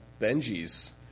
Benji's